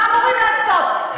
מה אמורים לעשות?